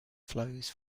flows